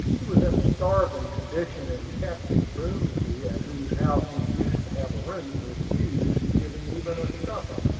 he was in a starving condition, and captain boomsby, at whose house he used to have a room, refused to give him even a supper.